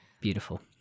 Beautiful